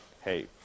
hey